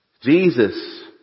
Jesus